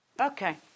Okay